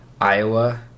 Iowa